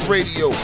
Radio